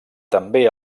també